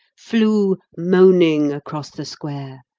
flew, moaning, across the square,